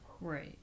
Right